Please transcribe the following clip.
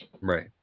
Right